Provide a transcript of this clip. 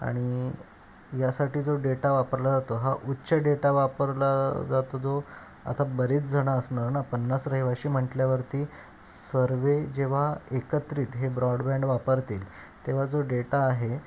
आणि यासाठी जो डेटा वापरला जातो हा उच्च डेटा वापरला जातो जो आता बरीचजण असणार ना पन्नास रहिवाशी म्हटल्यावरती सर्व जेव्हा एकत्रित हे ब्रॉडबँड वापरतील तेव्हा जो डेटा आहे